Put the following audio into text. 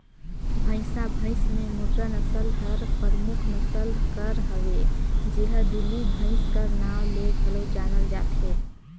भंइसा भंइस में मुर्रा नसल हर परमुख नसल कर हवे जेहर दिल्ली भंइस कर नांव ले घलो जानल जाथे